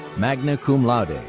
magna cum laude.